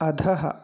अधः